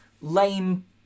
lame